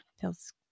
feels